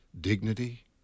dignity